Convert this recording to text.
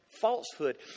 falsehood